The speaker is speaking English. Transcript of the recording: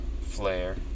flare